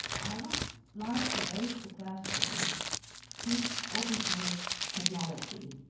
i would like to raise the question cheap open source technology,